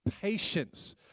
patience